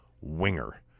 Winger